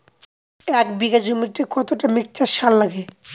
এক বিঘা জমিতে কতটা মিক্সচার সার লাগে?